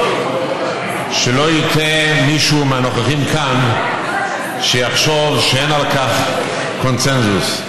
שלא יטעה מישהו מהנוכחים כאן שיחשוב שאין על כך קונסנזוס.